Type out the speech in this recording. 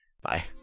Bye